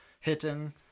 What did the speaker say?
hitting